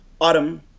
Autumn